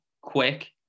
quick